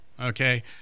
Okay